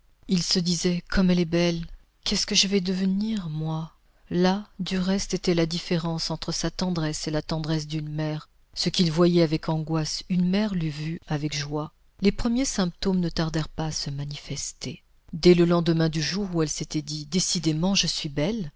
il se disait comme elle est belle qu'est-ce que je vais devenir moi là du reste était la différence entre sa tendresse et la tendresse d'une mère ce qu'il voyait avec angoisse une mère l'eût vu avec joie les premiers symptômes ne tardèrent pas à se manifester dès le lendemain du jour où elle s'était dit décidément je suis belle